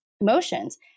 emotions